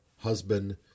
husband